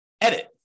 edit